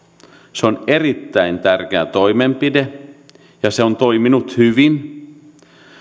se on erittäin tärkeä toimenpide ja se on toiminut hyvin